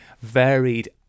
varied